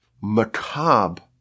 macabre